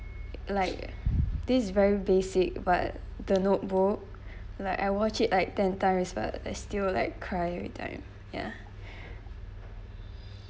like this is very basic but the notebook like I watch it like ten times as well I still like cry every time ya